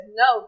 no